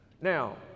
Now